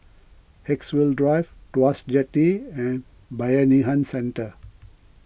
Haigsville Drive Tuas Jetty and Bayanihan Centre